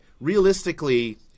realistically